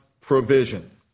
provision